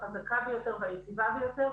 החזקה ביותר והיציבה ביותר,